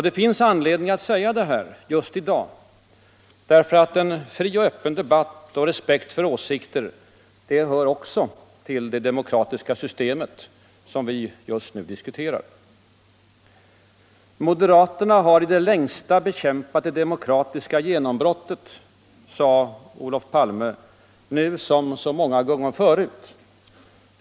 Det finns anledning att säga det här just i dag, därför att en fri och öppen debatt och respekt för åsikter också hör till det demokratiska system som vi just nu diskuterar. ”Moderaterna har i det längsta bekämpat det demokratiska genombrottet”, sade Olof Palme nu som så många gånger förut.